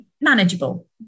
manageable